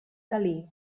dalí